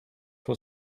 for